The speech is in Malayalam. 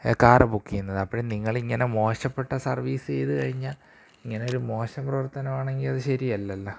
കാര് ബുക്കെയ്യുന്നത് അപ്പോള് നിങ്ങളിങ്ങനെ മോശപ്പെട്ട സർവിസെയ്ത് കഴിഞ്ഞാല് ഇങ്ങനൊരു മോശ പ്രവർത്തനം ആണെങ്കില് അത് ശരിയല്ലല്ല